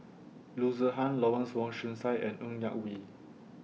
Loo Zihan Lawrence Wong Shyun Tsai and Ng Yak Whee